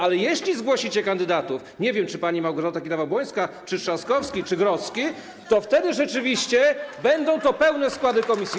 A jeśli zgłosicie kandydatów - nie wiem, czy pani Małgorzata Kidawa-Błońska, czy Trzaskowski, czy Grodzki - wtedy rzeczywiście będą to pełne składy komisji.